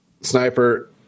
Sniper